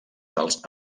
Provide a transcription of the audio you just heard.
dels